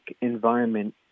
environment